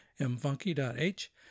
mfunky.h